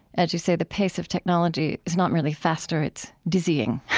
as you say, the pace of technology is not really faster it's dizzying